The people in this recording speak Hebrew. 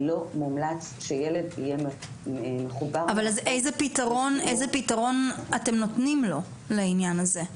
לא מומלץ שילד יהיה מחובר --- אז איזה פתרון אתם נותנים לו לענין הזה?